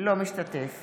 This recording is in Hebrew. אינו משתתף